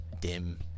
dim